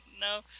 No